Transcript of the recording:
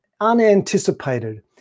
unanticipated